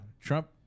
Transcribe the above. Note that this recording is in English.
Trump